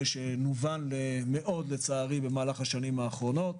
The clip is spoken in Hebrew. שנובן מאוד לצערי במהלך השנים האחרונות.